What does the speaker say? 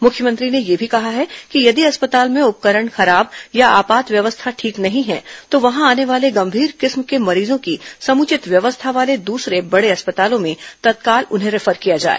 मुख्यमंत्री ने यह भी कहा है कि यदि अस्पताल में उपकरण खराब या आपात व्यवस्था ठीक नहीं हैं तो वहां आने वाले गंभीर किस्म के मरीजों को समुचित व्यवस्था वाले दूसरे बड़े अस्पतालों में तत्काल रिफर किया जाए